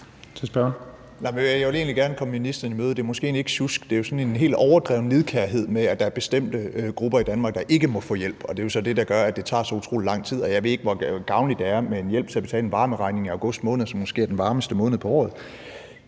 Vanopslagh (LA): Jeg vil egentlig gerne komme ministeren i møde. Det er måske egentlig ikke sjusk, det er jo sådan en helt overdrevet nidkærhed, med hensyn til at der er bestemte grupper i Danmark, der ikke må få hjælp, og det er jo så det, der gør, at det tager så utrolig lang tid. Jeg ved ikke, hvor gavnligt det er med en hjælp til at betale en varmeregning i august måned, som måske er den varmeste måned på året.